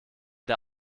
der